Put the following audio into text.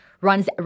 runs